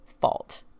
fault